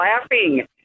laughing